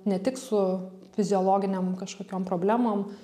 ne tik su fiziologinėm kažkokiom problemom